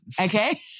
okay